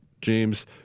James